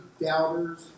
doubters